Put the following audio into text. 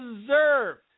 deserved